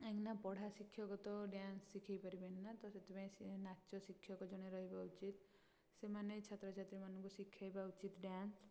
କାହିଁକି ନା ପଢ଼ା ଶିକ୍ଷାଗତ ଡ୍ୟାନ୍ସ ଶିଖେଇ ପାରିବେନି ନା ତ ସେଥିପାଇଁ ସେ ନାଚ ଶିକ୍ଷକ ଜଣେ ରହିବା ଉଚିତ୍ ସେମାନେ ଛାତ୍ର ଛାତ୍ରୀମାନଙ୍କୁ ଶିଖେଇବା ଉଚିତ୍ ଡ୍ୟାନ୍ସ